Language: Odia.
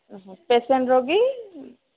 ପେସେଣ୍ଟ ରୋଗୀ